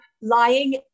lying